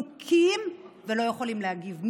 מוכים ולא יכולים להגיב.